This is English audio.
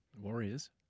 Warriors